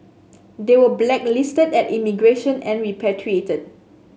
they were blacklisted at immigration and repatriated